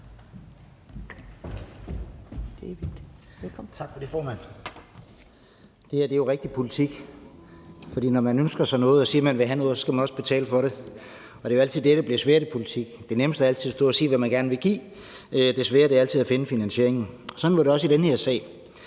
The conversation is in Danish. Det her er jo rigtig politik, for når man ønsker sig noget og siger, at man vil have noget, så skal man også betale for det, og det er jo altid det, der bliver svært i politik. Det nemmeste er altid at stå og sige, hvad man gerne vil give; det svære er altid at finde finansieringen. Sådan var det også i den her sag.